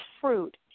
fruit